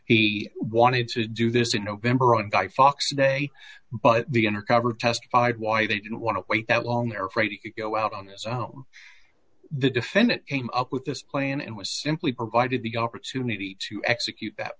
he wanted to do this in november and by fox today but the undercover testified why they didn't want to wait that long they're afraid to go out on the defendant came up with this plan and was simply provided the opportunity to execute that